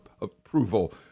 approval